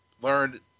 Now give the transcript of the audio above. learned